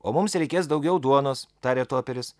o mums reikės daugiau duonos tarė toperis